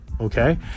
okay